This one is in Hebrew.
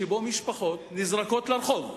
שבו משפחות נזרקות לרחוב.